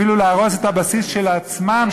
אפילו להרוס את הבסיס של עצמם,